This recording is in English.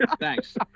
thanks